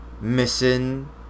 missing